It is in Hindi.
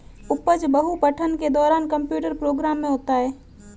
उपज बहु पठन के दौरान कंप्यूटर प्रोग्राम में होता है